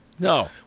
No